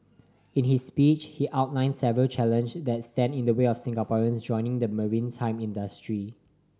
in his speech he outlined several challenge that stand in the way of Singaporeans joining the maritime industry